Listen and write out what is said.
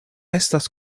estas